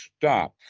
stop